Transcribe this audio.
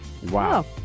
Wow